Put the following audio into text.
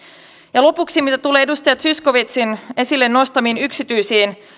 ja lopuksi mitä tulee edustaja zyskowiczin esille nostamiin yksityisiin